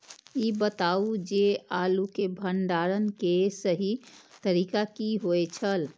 ई बताऊ जे आलू के भंडारण के सही तरीका की होय छल?